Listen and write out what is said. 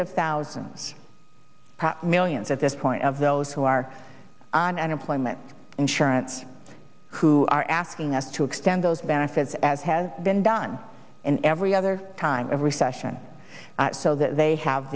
of thousands millions at this point of those who are on unemployment insurance who are asking us to extend those benefits as has been done in every other time of recession so that they have